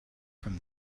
from